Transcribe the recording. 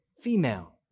female